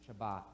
Shabbat